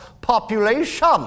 population